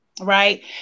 right